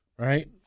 Right